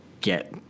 get